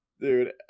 Dude